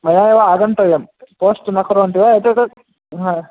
मया एव आगन्तव्यं पोस्ट् न कुर्वन्ति वा एतत् हा